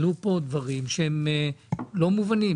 עלו פה דברים שלא מובנים.